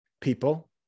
people